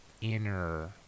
inner